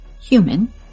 human